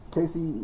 Casey